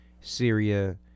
Syria